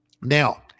Now